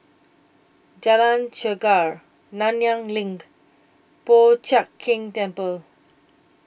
Jalan Chegar Nanyang LINK Po Chiak Keng Temple